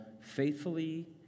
faithfully